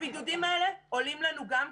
הבידודים האלה עולים גם כן.